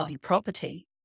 property